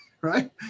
right